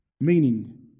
Meaning